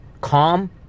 calm